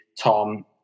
Tom